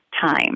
time